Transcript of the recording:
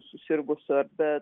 susirgusių bet